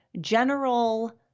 general